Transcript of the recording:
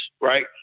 right